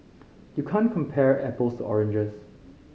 you can't compare apples oranges